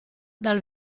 dal